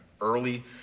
early